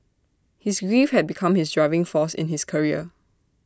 his grief had become his driving force in his career